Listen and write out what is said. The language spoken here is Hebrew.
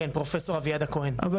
אביעד הכהן, כן.